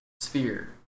sphere